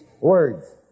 words